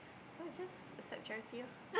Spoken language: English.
so just accept charity ya